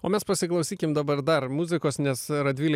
o mes pasiklausykim dabar dar muzikos nes radvilė